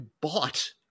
bought